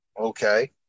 Okay